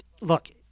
look